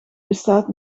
bestaat